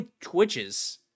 twitches